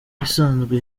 isanzwe